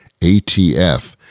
ATF